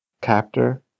captor